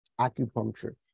acupuncture